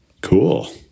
Cool